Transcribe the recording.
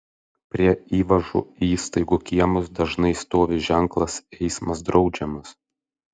prie įvažų į įstaigų kiemus dažnai stovi ženklas eismas draudžiamas